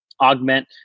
augment